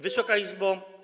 Wysoka Izbo!